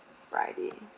friday